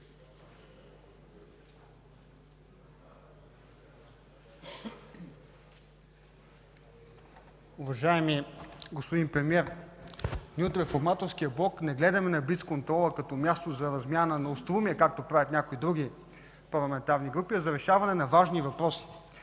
Уважаеми господин Премиер, ние от Реформаторския блок не гледаме на блицконтрола като място за размяна на остроумия, както правят някои други парламентарни групи, а за решаване на важни въпроси.